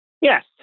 Yes